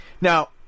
now